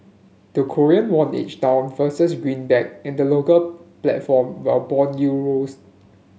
the Korean won edged down versus greenback in the local platform while bond